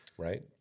right